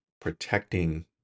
protecting